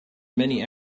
many